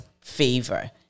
favor